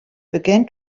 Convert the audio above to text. began